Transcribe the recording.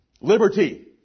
Liberty